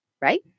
right